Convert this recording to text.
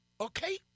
Okay